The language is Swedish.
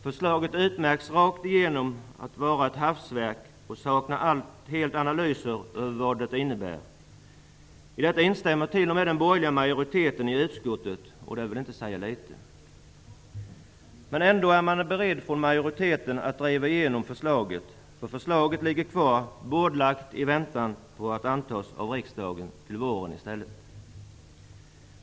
Förslaget utmärks rakt igenom av att vara ett ''hafsverk''. Analyser över vad det innebär saknas helt. I detta instämmer t.o.m. den borgerliga majoriteten i utskottet, och detta vill inte säga litet. Men ändå är man beredd från majoriteten att driva igenom det, för förslaget ligger kvar, bordlagt i väntan på att antas av riksdagen till våren.